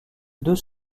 deux